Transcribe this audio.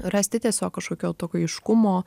rasti tiesiog kažkokio tokio aiškumo